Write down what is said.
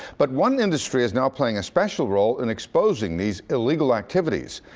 but one industry is now playing a special role in exposing these illegal activities.